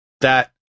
that-